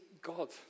God